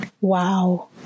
wow